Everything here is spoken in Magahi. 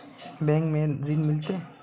बैंक में ऋण मिलते?